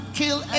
kill